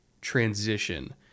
transition